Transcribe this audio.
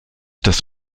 des